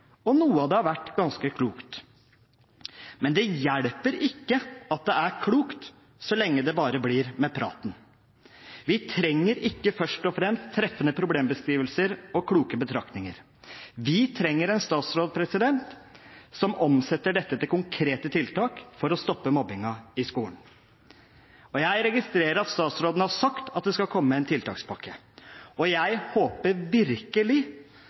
og noe av det har vært ganske klokt. Men det hjelper ikke at det er klokt, så lenge det bare blir med praten. Vi trenger ikke først og fremst treffende problembeskrivelser og kloke betraktninger. Vi trenger en statsråd som omsetter dette til konkrete tiltak for å stoppe mobbingen i skolen. Jeg registrerer at statsråden har sagt at det skal komme en tiltakspakke, og jeg håper virkelig